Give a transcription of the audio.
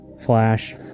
Flash